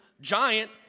Giant